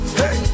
hey